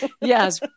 Yes